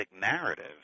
narrative